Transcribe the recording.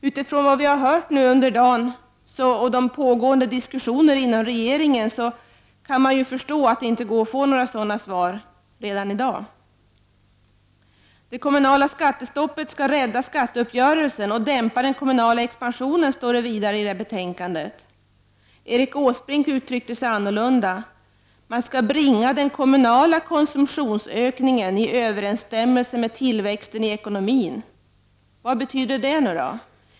Utifrån vad vi har hört nu under dagen om pågående diskussioner inom regeringen kan jag förstå att det inte går att få något svar redan i dag. Det kommunala skattestoppet skall rädda skatteuppgörelsen och dämpa den kommunala expansionen, står det vidare i betänkandet. Erik Åsbrink uttryckte sig annorlunda: Man skall bringa den kommunala konsumtionsökningen i överensstämmelse med tillväxten i ekonomin. Vad betyder det nu då?